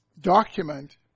document